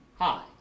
Hi